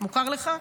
מוכר לך?